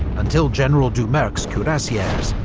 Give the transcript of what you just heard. until general doumerc's cuirassiers,